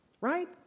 Right